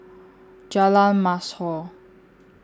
Jalan Mashhor